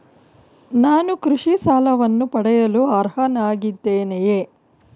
ನಾನು ಕೃಷಿ ಸಾಲವನ್ನು ಪಡೆಯಲು ಅರ್ಹನಾಗಿದ್ದೇನೆಯೇ?